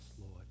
Lord